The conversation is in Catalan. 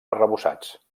arrebossats